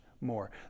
more